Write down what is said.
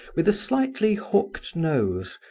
with a slightly hooked nose,